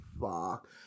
fuck